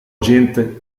agente